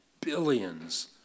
billions